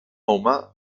humà